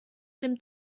dem